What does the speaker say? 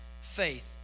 faith